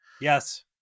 Yes